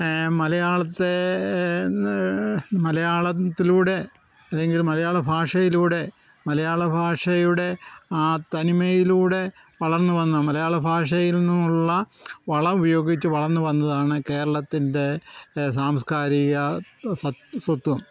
മലയാളത്തെ മലയാളത്തിലൂടെ അല്ലെങ്കിൽ മലയാള ഭാഷയിലൂടെ മലയാള ഭാഷയുടെ ആ തനിമയിലൂടെ വർളന്ന് വന്ന മലയാള ഭാഷയിൽ നിന്നുള്ള വളമുപയോഗിച്ച് വളർന്ന് വന്നതാണ് കേരളത്തിൻ്റെ സാംസ്കാരിക സ്വത്വം